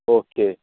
okay